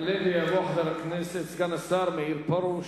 יעלה ויבוא חבר הכנסת סגן השר מאיר פרוש.